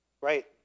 right